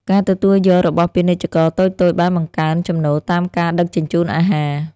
ការទទួលយករបស់ពាណិជ្ជករតូចៗបានបង្កើនចំណូលតាមការដឹកជញ្ជូនអាហារ។